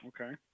okay